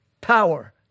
power